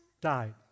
died